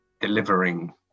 delivering